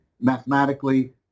mathematically